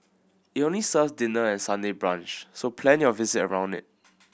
it only serves dinner and Sunday brunch so plan your visit around it